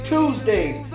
Tuesdays